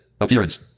Appearance